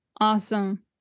Awesome